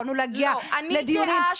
יכולנו להגיע לדיונים.